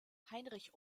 heinrich